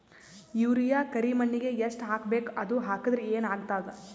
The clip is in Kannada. ಯೂರಿಯ ಕರಿಮಣ್ಣಿಗೆ ಎಷ್ಟ್ ಹಾಕ್ಬೇಕ್, ಅದು ಹಾಕದ್ರ ಏನ್ ಆಗ್ತಾದ?